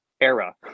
era